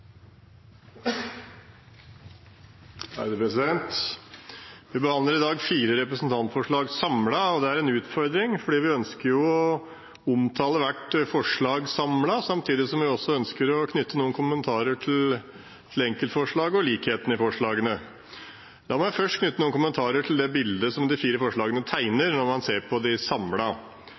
de forslag han refererte til. Vi behandler i dag fire representantforslag samlet. Det er en utfordring, for vi ønsker jo å omtale hvert forslag for seg, samtidig som vi ønsker å knytte noen kommentarer til enkeltforslag og til det som er likt i forslagene. La meg først knytte noen kommentarer til det bildet som de fire forslagene tegner når man ser på